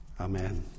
Amen